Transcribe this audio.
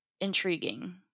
intriguing